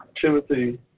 Timothy